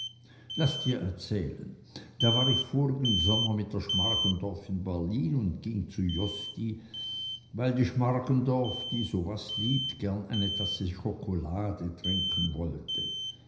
laß dir erzählen da war ich vorigen sommer mit der schmargendorf in berlin und ging zu josty weil die schmargendorf die so was liebt gern eine tasse schokolade trinken wollte